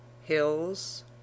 Hills